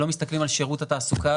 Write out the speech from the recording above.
לא מסתכלים על שירות התעסוקה,